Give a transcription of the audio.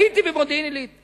הייתי במודיעין-עילית.